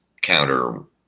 counter